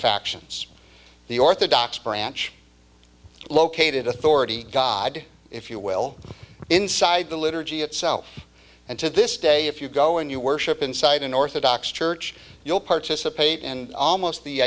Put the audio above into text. factions the orthodox branch located authority god if you will inside the liturgy itself and to this day if you go and you worship inside an orthodox church you'll participate in almost the